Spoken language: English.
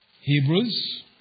Hebrews